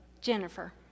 Jennifer